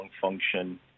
function